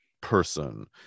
person